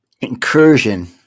incursion